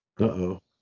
Uh-oh